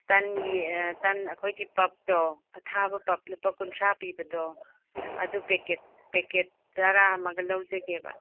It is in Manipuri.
ꯇꯟꯒꯤ ꯇꯟ ꯑꯩꯈꯣꯏꯒꯤ ꯄꯞꯇꯣ ꯑꯊꯥꯕ ꯄꯞ ꯂꯨꯄꯥ ꯀꯨꯟꯊ꯭ꯔꯥ ꯄꯤꯕꯗꯣ ꯑꯗꯨ ꯄꯦꯀꯦꯠ ꯇꯔꯥ ꯑꯃꯒ ꯂꯧꯖꯒꯦꯕ